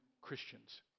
Christians